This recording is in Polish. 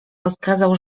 rozkazał